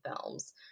films